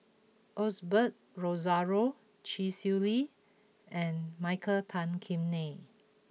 Osbert Rozario Chee Swee Lee and Michael Tan Kim Nei